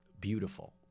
beautiful